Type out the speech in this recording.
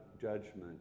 judgment